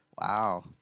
Wow